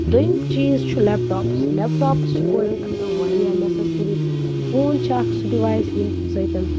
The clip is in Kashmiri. دوٚیِم چیٖز چھُ لیٚپٹاپٕس لیٚپٹاپٕس چھِ کورٮ۪ن خٲطرٕ وارِیاہ نیٚسسٔری فون چھُ اَکھ سُہ ڈِوایس ییٚمہِ سۭتۍ